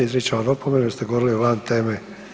Izričem vam opomenu, jer ste govorili van teme.